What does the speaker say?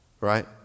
right